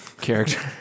character